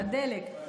לדלק,